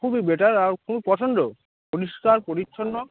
খুবই বেটার আর খুবই পছন্দও পরিষ্কার পরিচ্ছন্ন